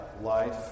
life